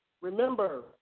Remember